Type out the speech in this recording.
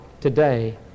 today